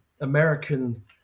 American